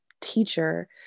teacher